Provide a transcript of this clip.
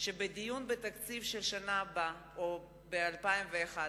מאוד שבדיון בתקציב השנה הבאה או ב-2011